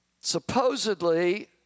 Supposedly